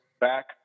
back